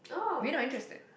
we not interested